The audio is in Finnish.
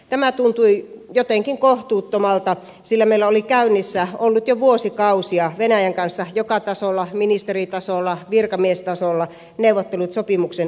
tämä tuntui jotenkin kohtuuttomalta sillä meillä olivat olleet käynnissä jo vuosikausia venäjän kanssa joka tasolla ministeritasolla virkamiestasolla neuvottelut sopimuksen uusimiseksi